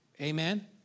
Amen